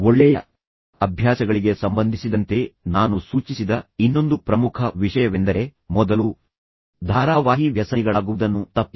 ಒಳ್ಳೆಯ ಅಭ್ಯಾಸಗಳಿಗೆ ಸಂಬಂಧಿಸಿದಂತೆ ನಾನು ಸೂಚಿಸಿದ ಇನ್ನೊಂದು ಪ್ರಮುಖ ವಿಷಯವೆಂದರೆ ಮೊದಲು ಧಾರಾವಾಹಿ ವ್ಯಸನಿಗಳಾಗುವುದನ್ನು ತಪ್ಪಿಸಿ